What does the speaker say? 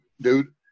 dude